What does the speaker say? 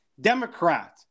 Democrat